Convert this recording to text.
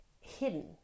hidden